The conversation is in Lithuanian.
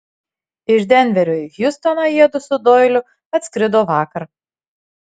iš denverio į hjustoną jiedu su doiliu atskrido vakar